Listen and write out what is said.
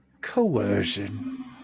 coercion